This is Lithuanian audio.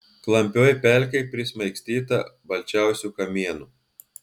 klampioj pelkėj prismaigstyta balčiausių kamienų